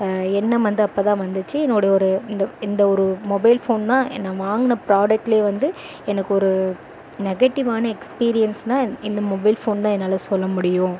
எண்ணம் வந்து அப்போதான் வந்திச்சு என்னோடய ஒரு இந்த ஒரு மொபைல் ஃபோன்னால் நம்ம வாங்கின பிராடக்ட்டிலே வந்து எனக்கு ஒரு நெகட்டிவான எக்ஸ்பீரியன்ஸ்னால் இந்த மொபைல் ஃபோன் தான் என்னால் சொல்ல முடியும்